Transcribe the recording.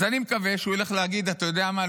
אז אני מקווה שהוא ילך להגיד, אתה יודע מה?